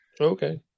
okay